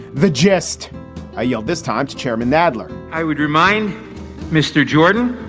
the just ah yeah this time to chairman nadler i would remind mr. jordan,